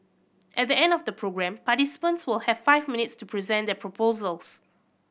at the end of the programme participants will have five minutes to present their proposals